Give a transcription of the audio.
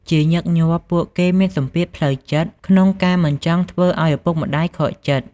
ជាញឹកញាប់ ពួកគេមានសម្ពាធផ្លូវចិត្តក្នុងការមិនចង់ធ្វើឲ្យឪពុកម្តាយខកចិត្ត។